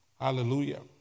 Hallelujah